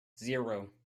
zero